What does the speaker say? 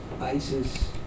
ISIS